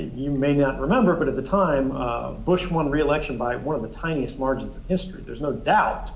you may not remember, but at the time bush won re-election by one of the tiniest margins in history. there's no doubt